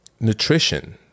nutrition